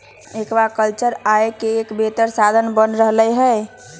aquaculture आय के एक बेहतर साधन बन रहले है